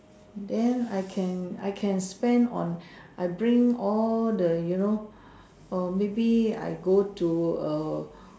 then I can I can spend on I bring all the you know or maybe I go to a